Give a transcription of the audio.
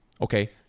okay